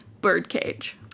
Birdcage